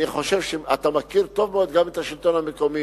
אתה מכיר טוב מאוד גם את השלטון המקומי.